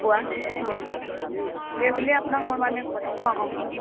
পুৱা সেই বুলিয়ে আপোনাক মই মানে অঁ অঁ অঁ